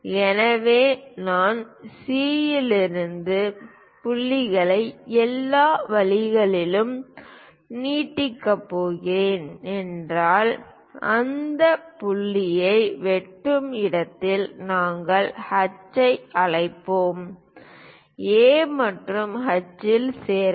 எனவே நான் C இலிருந்து புள்ளிகளை எல்லா வழிகளிலும் நீட்டிக்கப் போகிறேன் என்றால் அது அந்த புள்ளியை வெட்டும் இடத்தில் நாங்கள் H ஐ அழைப்போம் A மற்றும் H இல் சேரவும்